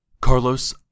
Carlos